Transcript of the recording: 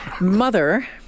mother